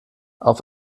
auf